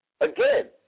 Again